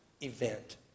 event